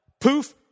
poof